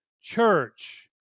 church